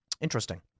Interesting